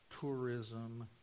tourism